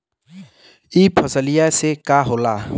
ई फसलिया से का होला?